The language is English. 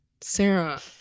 Sarah